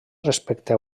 respecte